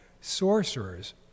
sorcerers